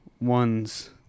ones